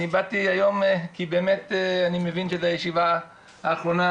אני באתי היום כי אני מבין שזו הישיבה האחרונה